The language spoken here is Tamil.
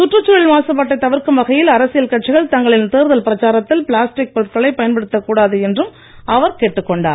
சுற்றுச் சூழல் மாசுபாட்டை தவிர்க்கும் வகையில் அரசியல் கட்சிகள் தங்களின் தேர்தல் பிரச்சாரத்தில் பிளாஸ்டிக் பொருட்களை பயன்படுத்தக் கூடாது என்றும் அவர் கேட்டுக் கொண்டார்